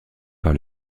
par